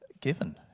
given